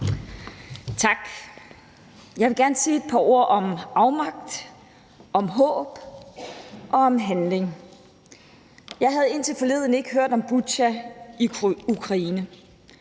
Tak. Jeg vil gerne sige et par ord om afmagt, om håb og om handling. Jeg havde indtil forleden ikke hørt om Butja i Ukraine,